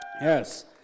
Yes